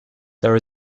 there